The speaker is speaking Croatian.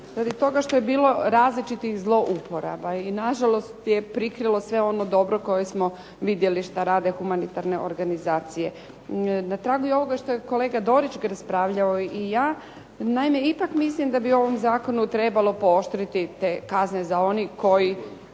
radi toga što je bilo različitih zlouporaba i nažalost je prikrilo sve ono dobro koje smo vidjeli što rade humanitarne organizacije. Na tragu ovoga što je kolega Dorić raspravljao i ja naime ipak mislim da bi u ovom zakonu trebalo pooštriti te kazne za one koji